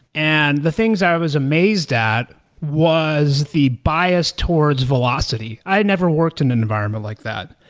and the things i was amazed at was the bias towards velocity. i never worked in an environment like that,